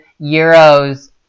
euros